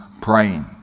praying